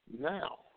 now